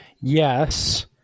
Yes